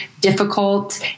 difficult